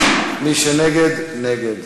בעד, מי שנגד נגד.